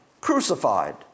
crucified